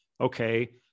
Okay